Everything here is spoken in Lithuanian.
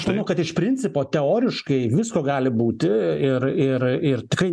aš manau kad iš principo teoriškai visko gali būti ir ir ir tikrai